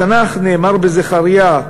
"בתנ"ך נאמר, בזכריה,